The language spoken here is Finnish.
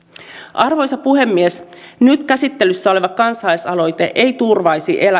arvoisa puhemies nyt käsittelyssä oleva kansalaisaloite ei turvaisi